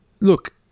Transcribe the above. Look